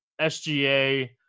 SGA